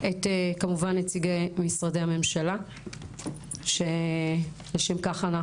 את כמובן נציגי משרדי הממשלה שלשם כך אנחנו